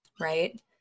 Right